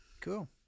Cool